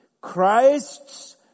Christ's